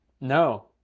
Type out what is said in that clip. No